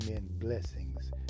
Blessings